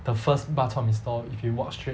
the first bak chor mee stall if you walk straight